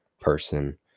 person